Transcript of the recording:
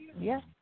Yes